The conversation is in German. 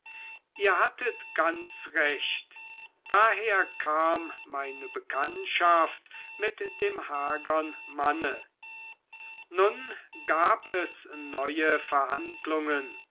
ihr hattet ganz recht daher kam meine bekanntschaft mit dem hagern manne nun gab es neue verhandlungen